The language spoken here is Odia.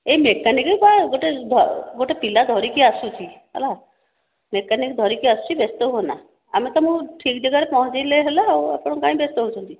ଏଇ ମେକାନିକ ଗୋଟିଏ ପିଲା ଧରିକି ଆସୁଛି ହେଲା ମେକାନିକ ଧରିକି ଆସୁଛି ବ୍ୟସ୍ତ ହୁଅନା ଆମେ ତୁମକୁ ଠିକ ଜାଗାରେ ନେଇ ପହଞ୍ଚେଇଲେ ହେଲା ଆଉ ଆପଣ କାଇଁ ବ୍ୟସ୍ତ ହେଉଛନ୍ତି